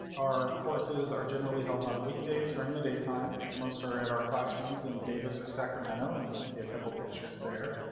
our courses are generally held on weekdays during the daytime, most are at our classrooms in davis or sacramento. and you can see a couple pictures there.